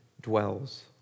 dwells